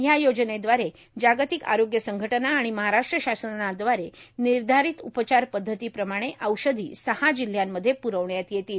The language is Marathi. ह्या योजनेद्वारे जागतिक आरोग्य संघटना आणि महाराष्ट्र शासनाद्वारे निर्धारित उपचार पद्धतीप्रमाणे औषधी सहा जिल्ह्यांमध्ये प्ररवण्यात येतील